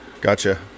gotcha